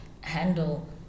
handle